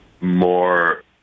more